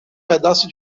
pedaço